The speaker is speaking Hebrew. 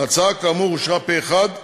ההצעה, כאמור, אושרה פה-אחד בוועדה,